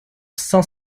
cinq